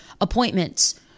appointments